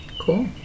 Cool